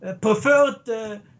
preferred